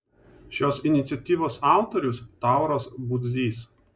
šios iniciatyvos autorius tauras budzys